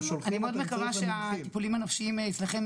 אני מאוד מקווה שהטיפולים הנפשיים אצלכם